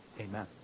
Amen